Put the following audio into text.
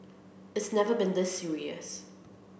it's never been this serious